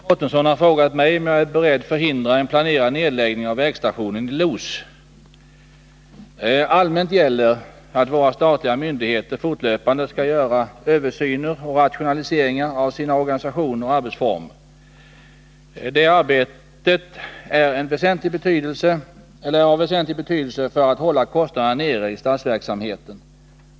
Herr talman! Iris Mårtensson har frågat mig om jag är beredd att förhindra en planerad nedläggning av vägstationen i Los. Allmänt gäller att våra statliga myndigheter fortlöpande skall göra översyner och rationaliseringar av sina organisationer och arbetsreformer. Det arbetet är av väsentlig betydelse för att hålla kostnaderna nere i statsverksamheten.